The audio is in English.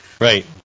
Right